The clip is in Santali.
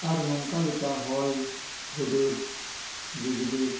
ᱟᱨ ᱱᱚᱝᱠᱟ ᱞᱮᱠᱟ ᱦᱚᱭ ᱦᱩᱰᱩᱨ ᱵᱤᱡᱽᱞᱤ